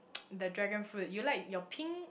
the dragon fruit you like your pink